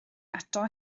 eto